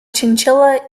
chinchilla